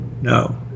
No